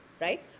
right